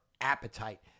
appetite